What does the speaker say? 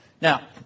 Now